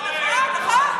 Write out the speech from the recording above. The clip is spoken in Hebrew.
נכון, נכון.